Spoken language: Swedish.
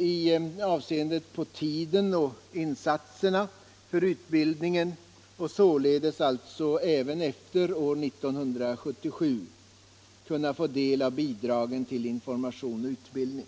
i avseende på tiden och insatserna för utbildningen och således alltså även efter år 1977 kunna få del av bidragen till information och utbildning.